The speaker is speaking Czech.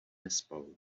nespal